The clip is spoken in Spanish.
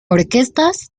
orquestas